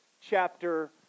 chapter